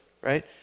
Right